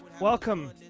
Welcome